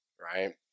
right